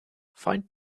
find